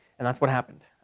and that's what happened.